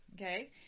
okay